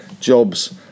jobs